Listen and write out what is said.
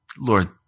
Lord